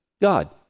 God